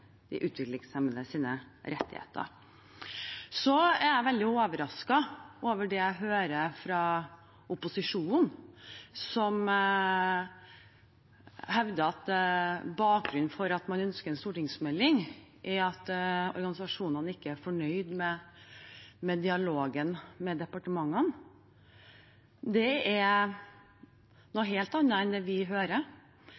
de utviklingshemmedes rettigheter. Jeg er veldig overrasket over det jeg hører fra opposisjonen, som hevder at bakgrunnen for at man ønsker en stortingsmelding, er at organisasjonene ikke er fornøyd med dialogen med departementene. Det er